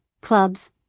clubs